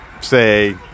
say